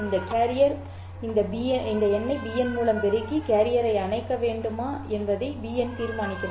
இந்த கேரியர் இந்த எண்ணை bn மூலம் பெருக்கி கேரியர் அணைக்க வேண்டுமா என்பதை இந்த bn தீர்மானிக்கிறது